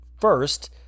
first